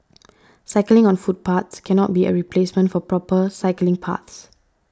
cycling on footpaths cannot be a replacement for proper cycling paths